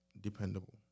dependable